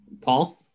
Paul